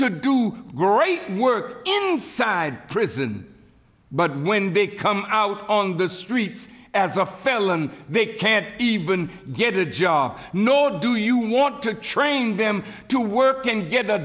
to do great work inside prison but when they come out on the streets as a felon they can't even get a job no do you want to train them to work and get a